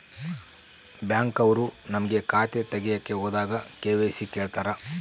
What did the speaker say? Bank ಅವ್ರು ನಮ್ಗೆ ಖಾತೆ ತಗಿಯಕ್ ಹೋದಾಗ ಕೆ.ವೈ.ಸಿ ಕೇಳ್ತಾರಾ?